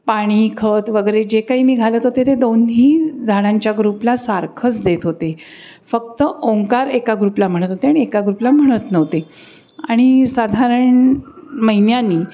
पाणी खत वगैरे जे काही मी घालत होते ते दोन्ही झाडांच्या ग्रुपला सारखंच देत होते फक्त ओंकार एका ग्रुपला म्हणत होते आणि एका ग्रुपला म्हणत नव्हते आणि साधारण महिन्याने